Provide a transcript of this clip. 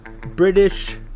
British